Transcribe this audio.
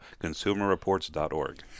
ConsumerReports.org